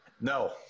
No